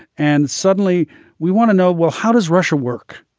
and suddenly we want to know, well, how does russia work?